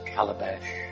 Calabash